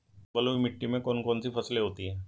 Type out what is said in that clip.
बलुई मिट्टी में कौन कौन सी फसलें होती हैं?